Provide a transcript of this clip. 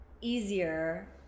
easier